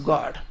God